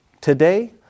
Today